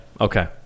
okay